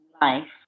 life